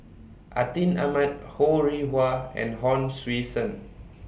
Atin Amat Ho Rih Hwa and Hon Sui Sen